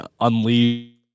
unleash